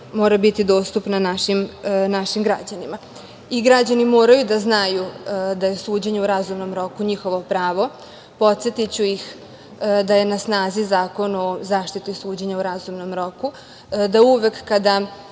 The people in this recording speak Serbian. mora biti dostupna našim građanima. Građani moraju da znaju da je suđenje u razumnom roku njihovo pravo. Podsetiću ih da je na snazi Zakon o zaštiti suđenja u razumnom roku, da uvek kada